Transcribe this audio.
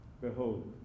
Behold